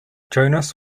jonas